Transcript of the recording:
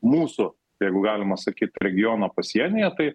mūsų jeigu galima sakyt regiono pasienyje tai